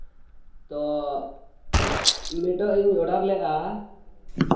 ᱛᱚ ᱱᱤᱛᱚᱜ ᱤᱧ ᱚᱰᱟᱨ ᱞᱮᱫᱟ